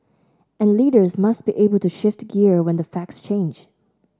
and leaders must be able to shift gear when the facts change